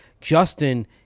Justin